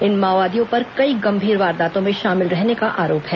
इन माओवादियों पर कई गंभीर वारदातों में शामिल रहने का आरोप है